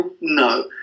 No